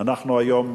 אנחנו היום,